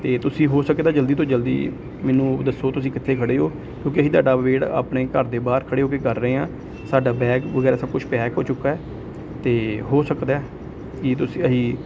ਅਤੇ ਤੁਸੀਂ ਹੋ ਸਕੇ ਤਾਂ ਜਲਦੀ ਤੋਂ ਜਲਦੀ ਮੈਨੂੰ ਦੱਸੋ ਤੁਸੀਂ ਕਿੱਥੇ ਖੜ੍ਹੇ ਹੋ ਕਿਉਂਕਿ ਅਸੀਂ ਤੁਹਾਡਾ ਵੇਟ ਆਪਣੇ ਘਰ ਦੇ ਬਾਹਰ ਖੜ੍ਹੇ ਹੋ ਕੇ ਕਰ ਰਹੇ ਹਾਂ ਸਾਡਾ ਬੈਗ ਵਗੈਰਾ ਸਭ ਕੁਛ ਪੈਕ ਹੋ ਚੁੱਕਾ ਅਤੇ ਹੋ ਸਕਦਾ ਕਿ ਤੁਸੀਂ ਅਸੀਂ